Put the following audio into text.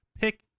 pick